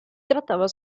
trattava